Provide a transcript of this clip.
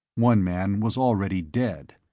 one man was already dead.